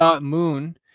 moon